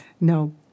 No